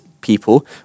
people